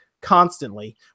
constantly